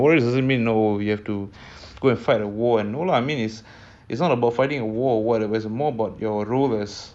we have become quite resistant to a lot of stuff and so you know our lifespan has become longer but at what cost also like you know